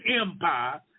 Empire